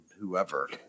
whoever